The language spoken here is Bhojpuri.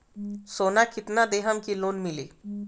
सोना कितना देहम की लोन मिली?